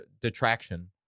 detraction